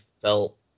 felt